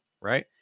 right